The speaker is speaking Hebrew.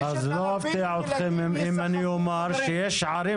אז לא אפתיע אתכם אם אני אומר שיש ערים